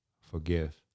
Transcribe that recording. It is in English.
forgive